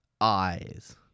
eyes